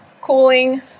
cooling